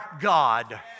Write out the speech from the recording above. God